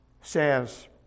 says